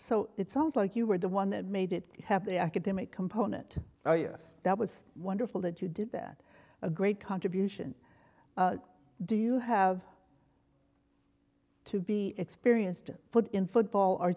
so it sounds like you were the one that made it happen the academic component to oh yes that was wonderful that you did that a great contribution do you have to be experienced and put in football